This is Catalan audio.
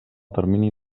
termini